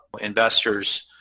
investors